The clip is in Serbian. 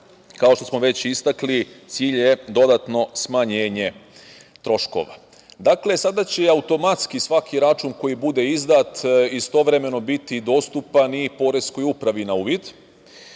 kao što smo već istakli, cilj je dodatno smanjenje troškova. Sada će automatski svaki račun koji bude izdat istovremeno biti dostupan i poreskoj upravi na uvid